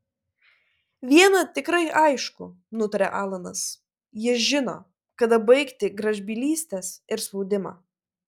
viena tikrai aišku nutarė alanas ji žino kada baigti gražbylystes ir spaudimą